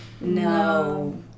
No